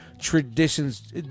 traditions